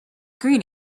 green